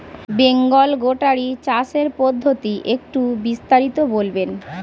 Bengal goatery চাষের পদ্ধতি একটু বিস্তারিত বলবেন?